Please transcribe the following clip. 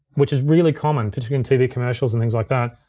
which is really common for doing tv commercials and things like that,